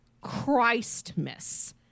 Christmas